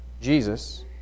Jesus